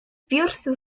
ffyrdd